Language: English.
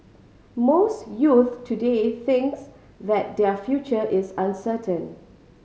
most youths today thinks that their future is uncertain